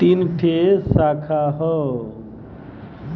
तीन ठे साखा हौ